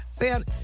man